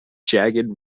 jagged